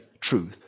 truth